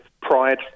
pride